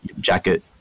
jacket